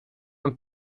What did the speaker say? een